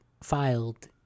filed